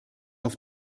auf